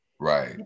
right